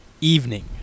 evening